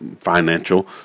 financial